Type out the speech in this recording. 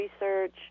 research